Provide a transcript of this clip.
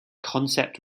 concept